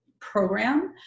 program